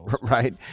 right